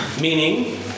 Meaning